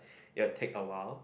it will take awhile